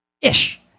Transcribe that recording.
Ish